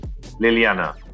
Liliana